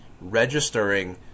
registering